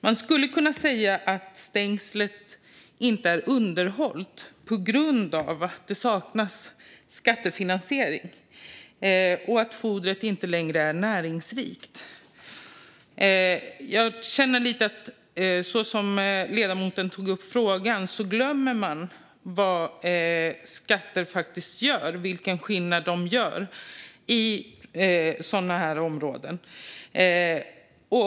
Man skulle kunna säga att stängslet inte är underhållet på grund av att det saknas skattefinansiering och att fodret inte längre är näringsrikt. Som ledamoten tog upp frågan känner jag lite att man glömmer vilken skillnad skatter faktiskt gör i sådana här områden.